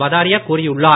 பதாரியா கூறியுள்ளார்